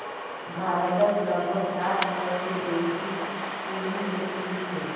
भारतत लगभग सात सौ से बेसि चीनीर फैक्ट्रि छे